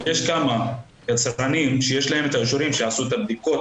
יש כמה יצרנים שיש להם את האישורים שהם עשו את הבדיקות